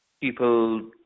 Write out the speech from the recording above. people